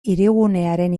hirigunearen